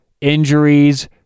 injuries